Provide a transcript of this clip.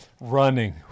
running